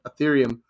Ethereum